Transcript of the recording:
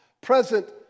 present